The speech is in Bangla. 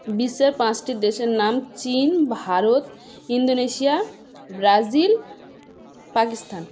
বিশ্বের পাঁচটি দেশের নাম চীন ভারত ইন্দোনেশিয়া ব্রাজিল পাকিস্তান